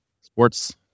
Sports